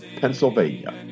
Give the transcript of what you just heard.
Pennsylvania